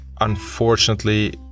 unfortunately